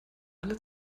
alle